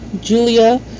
Julia